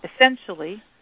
Essentially